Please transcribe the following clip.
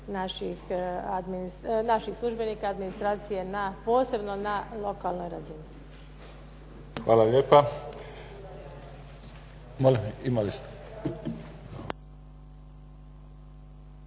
naših službenika administracije posebno na lokalnoj razini. **Mimica,